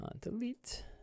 delete